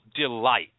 delight